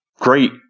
great